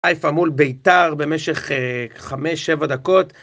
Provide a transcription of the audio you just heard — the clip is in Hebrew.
חיפה מול בית"ר במשך 5-7 דקות